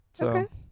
Okay